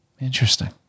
Interesting